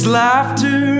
laughter